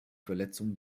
verletzung